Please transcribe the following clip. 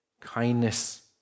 kindness